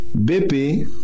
BP